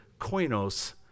koinos